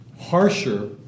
harsher